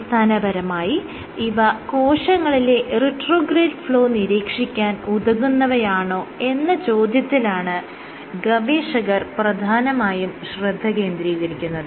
അടിസ്ഥാനപരമായി ഇവ കോശങ്ങളിലെ റിട്രോഗ്രേഡ് ഫ്ലോ നിരീക്ഷിക്കാൻ ഉതകുന്നവയാണോ എന്ന ചോദ്യത്തിലാണ് ഗവേഷകർ പ്രധാനമായും ശ്രദ്ധ കേന്ദ്രീകരിക്കുന്നത്